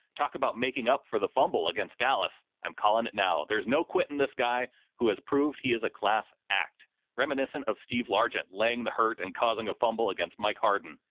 talk about making up for the fumble against dallas. i'm calling it now. there's no quit in this guy who has proved he is a class act reminiscent of steve largent, laying the hurt and causing a fumble against mike harden.